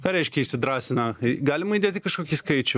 ką reiškia įsidrąsina galima įdėti kažkokį skaičių